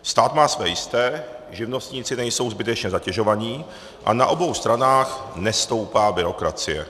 Stát má své jisté, živnostníci nejsou zbytečně zatěžováni a na obou stranách nestoupá byrokracie.